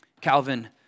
Calvin